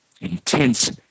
intense